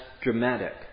dramatic